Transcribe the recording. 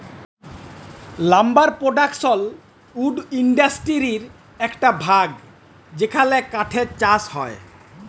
lumber production wood ইন্ডাসটিরির একট ভাগ যেখালে কাঠের চাষ হয়